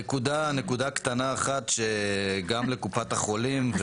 נקודה קטנה אחת שגם בקופת החולים,